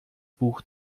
buch